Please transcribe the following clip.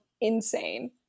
insane